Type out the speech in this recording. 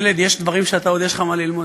ילד, יש דברים שאתה, עוד יש לך מה ללמוד.